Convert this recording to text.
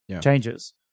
changes